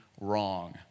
wrong